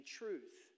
truth